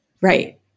Right